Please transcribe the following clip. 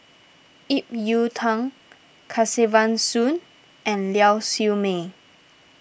Ip Yiu Tung Kesavan Soon and Lau Siew Mei